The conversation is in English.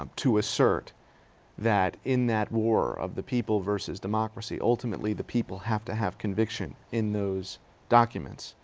um to assert that in that war of the people vs. democracy, ultimately the people have to have conviction in those documents.